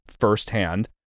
firsthand